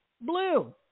blue